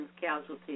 casualties